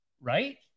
right